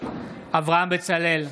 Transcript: אברהם בצלאל,